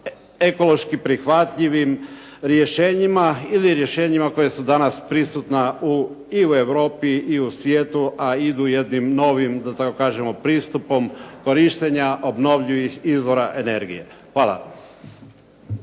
ekološki prihvatljivim rješenjima ili rješenjima koja su danas prisutna i u Europi i u svijetu, a idu jednim novim, da tako kažemo, pristupom korištenja obnovljivih izvora energije. Hvala.